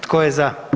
Tko je za?